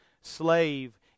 slave